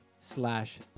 slash